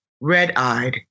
red-eyed